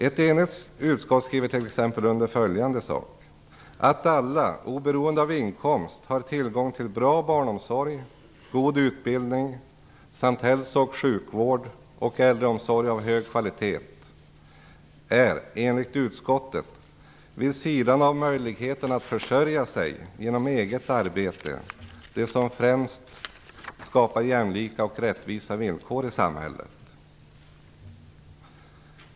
Ett enigt utskott skriver t.ex. följande: Att alla, oberoende av inkomst, har tillgång till bra barnomsorg, god utbildning samt hälso och sjukvård och äldreomsorg av hög kvalitet är enligt utskottet, vid sidan av möjligheten att försörja sig genom eget arbete, det som främst skapar jämlika och rättvisa villkor i samhället.